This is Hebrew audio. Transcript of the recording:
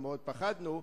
ומאוד פחדנו.